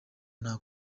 nta